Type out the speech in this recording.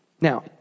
Now